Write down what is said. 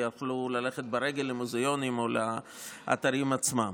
יכלו ללכת ברגל למוזיאונים או לאתרים עצמם.